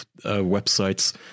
websites